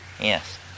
yes